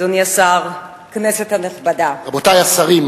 אדוני השר, כנסת נכבדה, רבותי השרים,